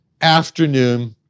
afternoon